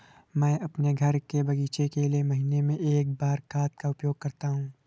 मैं अपने घर के बगीचे के लिए महीने में एक बार खाद का उपयोग करता हूँ